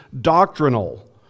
doctrinal